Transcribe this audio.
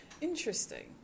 Interesting